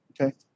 Okay